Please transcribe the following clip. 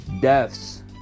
deaths